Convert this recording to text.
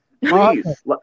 please